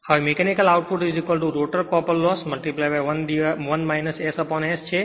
હવે mechanical output rotor copper loss 1 SS છે